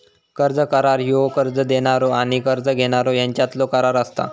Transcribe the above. कर्ज करार ह्यो कर्ज देणारो आणि कर्ज घेणारो ह्यांच्यातलो करार असता